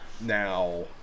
now